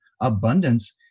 abundance